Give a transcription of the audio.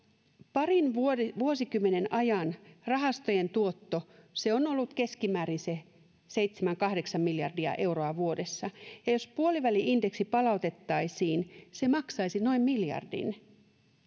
parin vuosikymmenen ajan rahastojen tuotto on ollut keskimäärin seitsemän kahdeksan miljardia euroa vuodessa jos puoliväli indeksi palautettaisiin se maksaisi noin miljardin